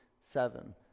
seven